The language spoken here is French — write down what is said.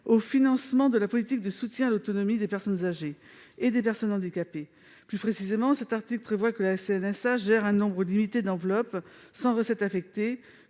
au financement de la politique de soutien à l'autonomie des personnes âgées et des personnes handicapées. Plus précisément, cet article prévoit que la CNSA gère un nombre limité d'enveloppes, sans recettes affectées,